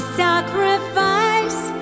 sacrifice